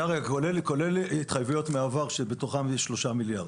כולל התחייבויות מהעבר, שבתוכן יש שלושה מיליארד.